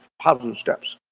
positive steps.